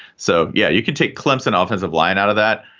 so, yeah, you can take clemson offensive line out of that.